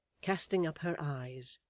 casting up her eyes,